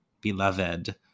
beloved